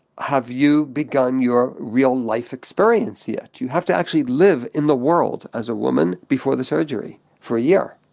have you begun your real life experience yet? you have to actually live in the world as a woman before the surgery for a year.